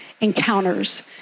encounters